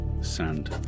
sand